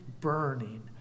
burning